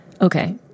Okay